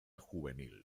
juvenil